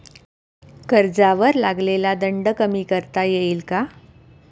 कर्जावर लागलेला दंड कमी करता येईल का?